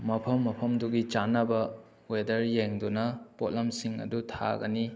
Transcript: ꯃꯐꯝ ꯃꯐꯝꯗꯨꯒꯤ ꯆꯥꯅꯕ ꯋꯦꯗꯔ ꯌꯦꯡꯗꯨꯅ ꯄꯣꯠꯂꯝꯁꯤꯡ ꯑꯗꯨ ꯊꯥꯒꯅꯤ